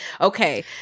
okay